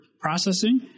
processing